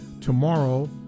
Tomorrow